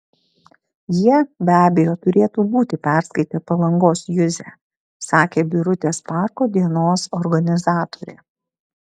jie be abejo turėtų būti perskaitę palangos juzę sakė birutės parko dienos organizatorė